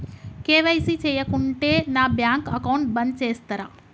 KYC చేయకుంటే నా bank account బంద్ చేస్తరా?